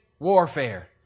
Warfare